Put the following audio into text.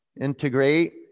Integrate